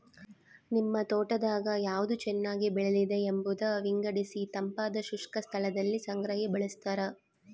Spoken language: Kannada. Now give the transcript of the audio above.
ನಿಮ್ ತೋಟದಾಗ ಯಾವ್ದು ಚೆನ್ನಾಗಿ ಬೆಳೆದಿದೆ ಎಂಬುದ ವಿಂಗಡಿಸಿತಂಪಾದ ಶುಷ್ಕ ಸ್ಥಳದಲ್ಲಿ ಸಂಗ್ರಹಿ ಬಳಸ್ತಾರ